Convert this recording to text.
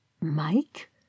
Mike